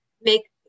make